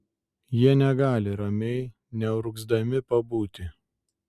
jie negali ramiai neurgzdami pabūti